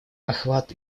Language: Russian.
охват